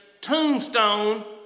tombstone